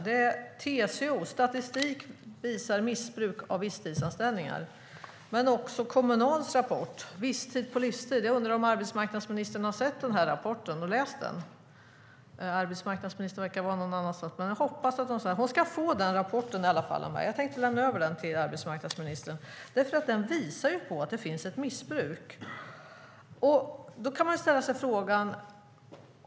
Det är TCO: Statistik visar missbruk av visstidsanställningar men också Visstid på livstid? som är Kommunals rapport. Jag undrar om arbetsmarknadsministern har sett den rapporten och läst den. Arbetsmarknadsministern verkar vara någon annanstans, men hon ska i alla fall få den rapporten av mig. Jag tänkte lämna över den till arbetsmarknadsministern eftersom den visar på att det finns ett missbruk.